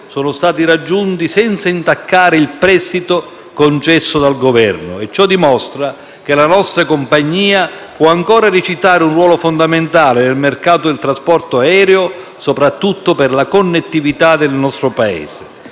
sono stati raggiunti senza intaccare il prestito concesso dal Governo. Ciò dimostra che la nostra compagnia può ancora recitare un ruolo fondamentale nel mercato del trasporto aereo, soprattutto per la connettività del nostro Paese.